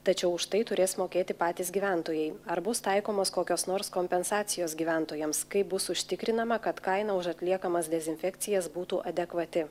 tačiau už tai turės mokėti patys gyventojai ar bus taikomos kokios nors kompensacijos gyventojams kaip bus užtikrinama kad kaina už atliekamas dezinfekcijas būtų adekvati